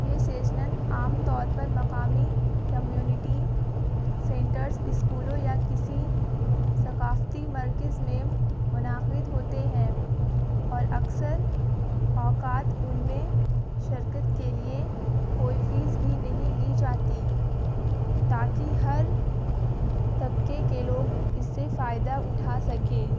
یہ سیشنل عام طور پر مقامی کمیونٹی سینٹرس اسکولوں یا کسی ثقافتی مرکز میں منعقد ہوتے ہیں اور اکثر اوقات ان میں شرکت کے لیے کوئی فیس بھی نہیں لی جاتی تاکہ ہر طبقے کے لوگ اس سے فائدہ اٹھا سکے